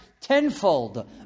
tenfold